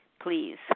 Please